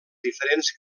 diferents